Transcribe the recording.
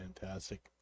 fantastic